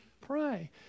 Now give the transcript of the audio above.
pray